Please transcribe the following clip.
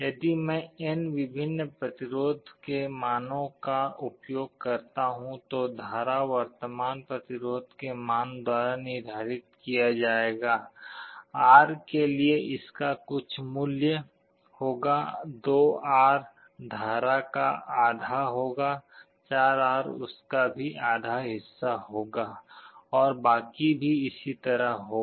यदि मैं n विभिन्न प्रतिरोध के मानों का उपयोग करता हूं तो धारा वर्तमान प्रतिरोध के मान द्वारा निर्धारित किया जाएगा R के लिए इसका कुछ मूल्य होगा 2R धारा का आधा होगा 4R उसका भी आधा हिस्सा होगा और बाकी भी इसी तरह होगा